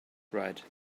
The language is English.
right